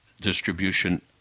distribution